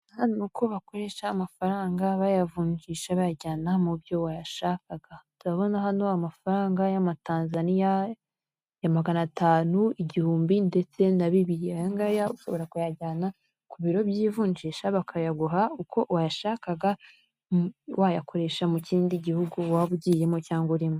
Aha ni uko bakoresha amafaranga bayavunji bayajyana mu byo wayashakaga batabona hano amafaranga y'amatanzaniya magana atanu, igihumbi ndetse na bibiri, aya ngaya ushobora kuyajyana ku biro by'ivunjisha bakayaguha uko wayashakaga wayakoresha mu kindi gihugu waba ugiyemo cyangwa urimo.